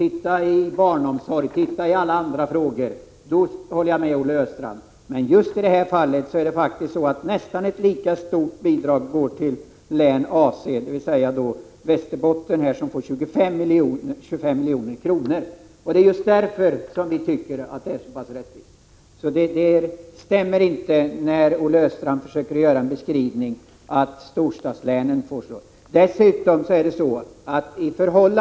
Se på barnomsorgen och alla andra ting — där håller jag med Olle Östrand. Men just i detta fall går nästan ett lika stort bidrag till AC län, dvs. Västerbotten. Där får man 25 miljoner. Det är just därför vi tycker att det är rättvist. Den beskrivning som Olle Östrand försöker ge av vad storstadslänen får stämmer inte.